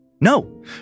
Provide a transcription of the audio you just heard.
No